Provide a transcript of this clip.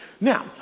Now